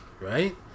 right